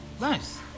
nice